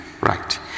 right